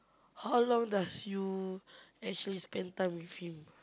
how long does you actually spend time with him